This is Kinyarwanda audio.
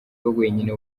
wenyine